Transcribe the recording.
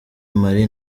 mali